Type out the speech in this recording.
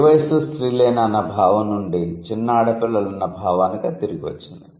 ఏ వయస్సు స్త్రీలైనా అన్న భావం నుండి చిన్న ఆడ పిల్లలు అన్న భావానికి అది తిరిగి వచ్చింది